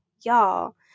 y'all